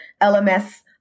LMS